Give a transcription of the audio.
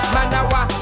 Manawa